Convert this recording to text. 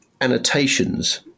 annotations